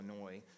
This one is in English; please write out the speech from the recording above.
Illinois